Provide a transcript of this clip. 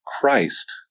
Christ